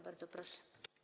Bardzo proszę.